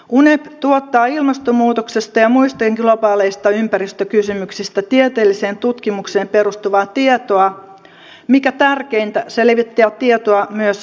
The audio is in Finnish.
unep tuottaa ilmastonmuutoksesta ja muista globaaleista ympäristökysymyksistä tieteelliseen tutkimukseen perustuvaa tietoa ja mikä tärkeintä se levittää tietoa myös ratkaisuista